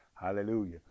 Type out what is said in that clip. hallelujah